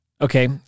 Okay